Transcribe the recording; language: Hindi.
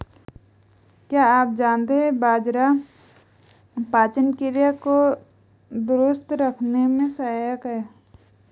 क्या आप जानते है बाजरा पाचन क्रिया को दुरुस्त रखने में सहायक हैं?